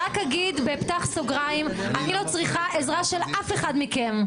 אומר בפתח סוגריים: אני לא צריכה לעזרה של אף אחד מכם.